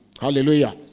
hallelujah